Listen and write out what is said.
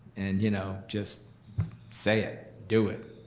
and you know just say it, do it,